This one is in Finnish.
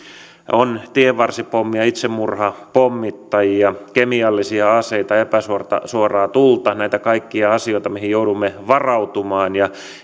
on tienvarsipommeja itsemurhapommittajia kemiallisia aseita epäsuoraa tulta näitä kaikkia asioita mihin joudumme varautumaan